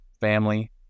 family